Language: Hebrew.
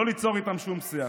לא ליצור איתם שום שיח.